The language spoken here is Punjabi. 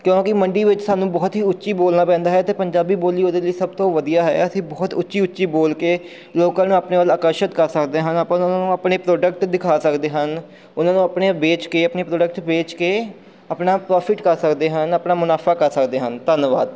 ਕਿਉਂਕਿ ਮੰਡੀ ਵਿੱਚ ਸਾਨੂੰ ਬਹੁਤ ਹੀ ਉੱਚੀ ਬੋਲਣਾ ਪੈਂਦਾ ਹੈ ਅਤੇ ਪੰਜਾਬੀ ਬੋਲੀ ਉਹਦੇ ਲਈ ਸਭ ਤੋਂ ਵਧੀਆ ਹੈ ਅਸੀਂ ਬਹੁਤ ਉੱਚੀ ਉੱਚੀ ਬੋਲ ਕੇ ਲੋਕਾਂ ਨੂੰ ਆਪਣੇ ਵੱਲ ਆਕਰਸ਼ਿਤ ਕਰ ਸਕਦੇ ਹਨ ਆਪਾਂ ਉਹਨਾਂ ਨੂੰ ਆਪਣੇ ਪ੍ਰੋਡਕਟ ਦਿਖਾ ਸਕਦੇ ਹਨ ਉਹਨਾਂ ਨੂੰ ਆਪਣੀਆਂ ਵੇਚ ਕੇ ਆਪਣੇ ਪ੍ਰੋਡਕਟ ਵੇਚ ਕੇ ਆਪਣਾ ਪ੍ਰੋਫਿਟ ਕਰ ਸਕਦੇ ਹਨ ਆਪਣਾ ਮੁਨਾਫ਼ਾ ਕਰ ਸਕਦੇ ਹਨ ਧੰਨਵਾਦ